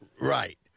Right